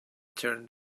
turned